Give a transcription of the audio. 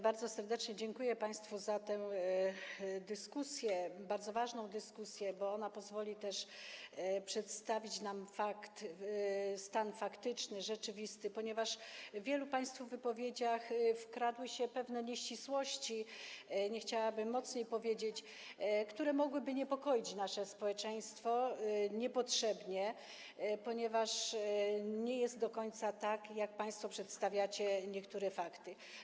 Bardzo serdecznie dziękuję państwu za tę dyskusję, bardzo ważną dyskusję, bo ona pozwoli też przedstawić nam stan faktyczny, rzeczywisty, ponieważ do wielu państwa wypowiedzi wkradły się pewne nieścisłości - nie chciałabym tego mocniej powiedzieć - które mogłyby niepokoić nasze społeczeństwo niepotrzebnie, jako że nie jest do końca tak, jak państwo to przedstawiacie, jeżeli chodzi o niektóre fakty.